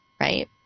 Right